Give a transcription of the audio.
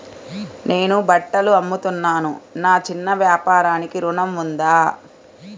నేను బట్టలు అమ్ముతున్నాను, నా చిన్న వ్యాపారానికి ఋణం ఉందా?